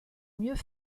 mieux